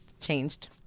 changed